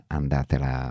andatela